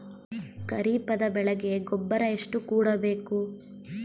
ಖರೀಪದ ಬೆಳೆಗೆ ಗೊಬ್ಬರ ಎಷ್ಟು ಕೂಡಬೇಕು?